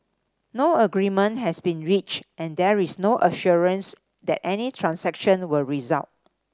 no agreement has been reached and there is no assurance that any transaction will result